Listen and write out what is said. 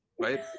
right